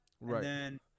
Right